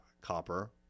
copper